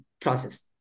process